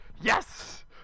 Yes